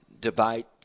debate